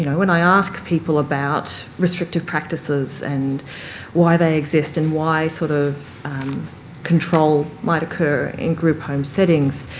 you know when i ask people about restrictive practices and why they exist and why sort of control might occur in group home settings,